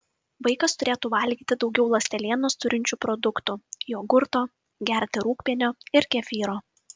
vaikas turėtų valgyti daugiau ląstelienos turinčių produktų jogurto gerti rūgpienio ir kefyro